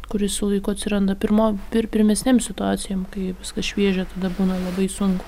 kuris su laiku atsiranda pirmom pir pirmesnėm situacijom kai viskas šviežia tada būna labai sunku